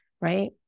Right